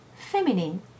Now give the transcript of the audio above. feminine